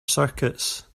circuits